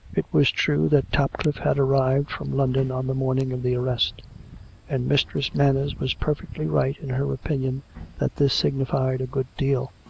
it was true that topcliffe had arrived from london on the morning of the arrest and mistress manners was perfectly right in her opinion that this signi fied a good deal.